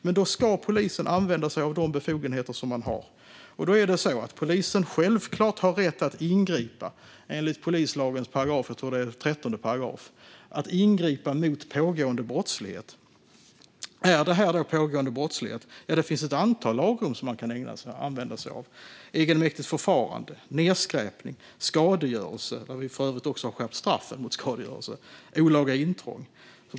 Men då ska polisen använda sig av de befogenheter som man har, och polisen har självklart rätt att ingripa mot pågående brottslighet enligt 13 § polislagen. Är det här då pågående brottslighet? Ja, det finns ett antal lagrum som man kan använda sig av: egenmäktigt förfarande, nedskräpning, skadegörelse - som vi för övrigt har skärpt straffen för - och olaga intrång.